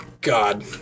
God